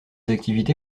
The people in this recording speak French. activités